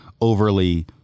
overly